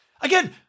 Again